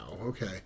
okay